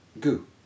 Goo